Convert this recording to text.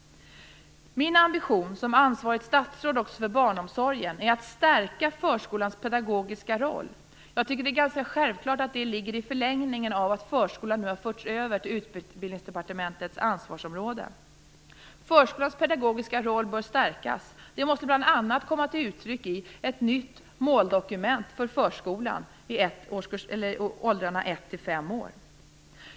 Min ambition som ansvarigt statsråd också för barnomsorgen är att stärka förskolans pedagogiska roll. Det är ganska självklart, tycker jag, att det ligger i förlängningen av att förskolan nu har förts över till Förskolans pedagogiska roll bör stärkas. Det måste bl.a. komma till uttryck i ett nytt måldokument för förskolan när det gäller åldrarna ett till fem år.